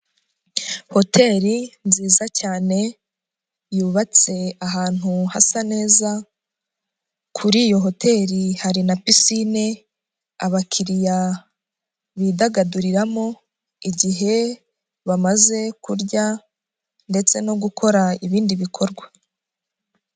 Hotel nziza cyane, yubatse ahantu hasa neza, kuri iyo hoteli hari na pisicine, abakiriya bidagaduriramo, igihe bamaze kurya ndetse no gukora ibindi bikorwa.